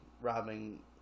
robbing